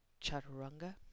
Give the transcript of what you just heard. chaturanga